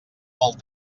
molt